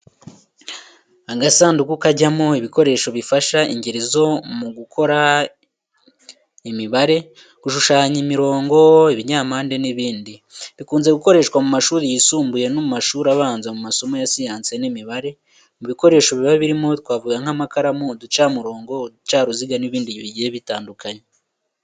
Agasanduku kajyamo ibikoresho bifasha ingeri zose mu gukora imibare, gushushanya imirongo, ibinyampande n’ibindi. Bikunze gukoreshwa mu mashuri yisumbuye no mu mashuri abanza mu masomo ya siyansi n'imibare. Mu bikoresho biba birimo twavuga nk’amakaramu, uducamurongo, uducaruziga n’ibindi bigiye bitandukanye.